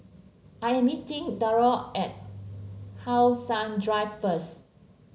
I am meeting Drury at How Sun Drive first